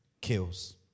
kills